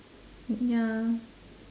ya